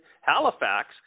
Halifax